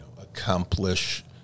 accomplish